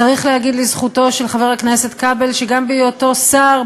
צריך להגיד לזכותו של חבר הכנסת כבל שגם בהיותו שר,